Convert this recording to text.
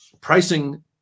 pricing